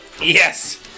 Yes